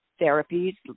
therapies